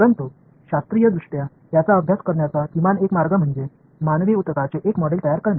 परंतु शास्त्रीयदृष्ट्या त्याचा अभ्यास करण्याचा किमान एक मार्ग म्हणजे मानवी ऊतकांचे एक मॉडेल तयार करणे